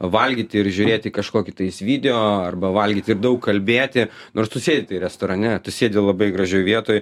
valgyti ir žiūrėti kažkokį tais video arba valgyti ir daug kalbėti nors tu sėdi tai restorane tu sėdi labai gražioj vietoj